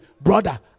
Brother